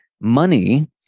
money